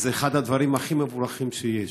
וזה אחד הדברים הכי מבורכים שיש.